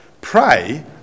Pray